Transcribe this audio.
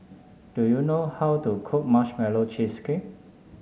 do you know how to cook Marshmallow Cheesecake